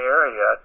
area